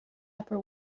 upper